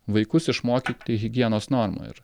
vaikus išmokyti higienos normų ir